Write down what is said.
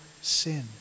sin